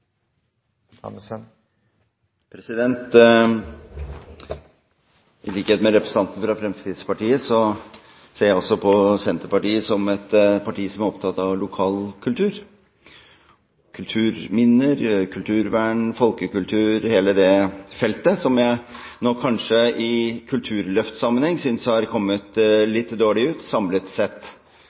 I likhet med representanten fra Fremskrittspartiet ser jeg på Senterpartiet som et parti som er opptatt av lokalkultur – kulturminner, kulturvern, folkekultur – hele det feltet som jeg nok kanskje i Kulturløft-sammenheng synes har kommet litt dårlig ut samlet sett.